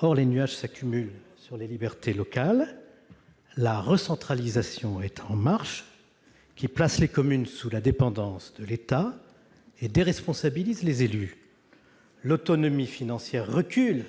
Or les nuages s'accumulent sur les libertés locales. La recentralisation est en marche, qui place les communes sous la dépendance de l'État et déresponsabilise les élus. L'autonomie financière recule